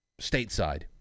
stateside